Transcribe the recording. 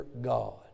God